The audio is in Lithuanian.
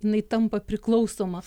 jinai tampa priklausoma